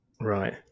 Right